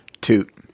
Toot